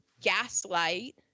Gaslight